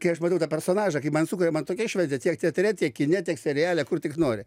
kai aš matau tą personažą kai man sukuria man tokia šventė tiek teatre tiek kine tiek seriale kur tik nori